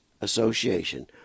association